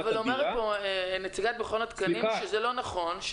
-- אבל אומרת פה נציגת מכון התקנים שזה לא נכון,